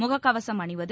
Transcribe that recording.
முகக்கவசம் அணிவது